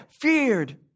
feared